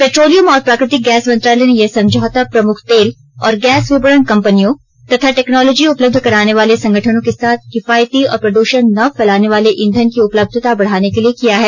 petroleum और प्राकृतिक gas मंत्रालय ने यह समझौता प्रमुख तेल और गैस विपणन कम्पनियों तथा टेक्नॉलोजी उपलब्ध कराने वाले संगठनों के साथ किफायती और प्रद्षण न फैलाने वाले ईंधन की उपलब्धता बढ़ाने के लिए किया है